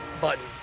button